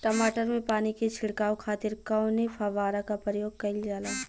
टमाटर में पानी के छिड़काव खातिर कवने फव्वारा का प्रयोग कईल जाला?